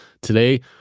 Today